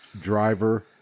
driver